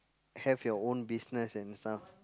have your own business and stuff